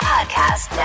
Podcast